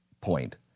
point